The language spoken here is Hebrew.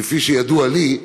כפי שידוע לי,